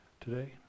today